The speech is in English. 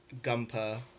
Gumper